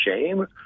shame